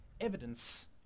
evidence